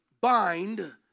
bind